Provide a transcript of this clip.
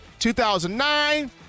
2009